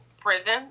Prison